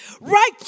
Right